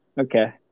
Okay